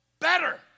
better